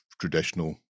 traditional